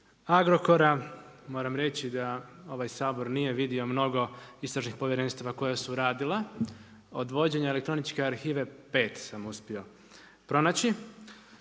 Agrokora, moram reći da ovaj Sabor nije vidio mnogo istražnih povjerenstava koja su radila od vođenja elektroničke arhive 5 sam uspio pronaći.